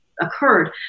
occurred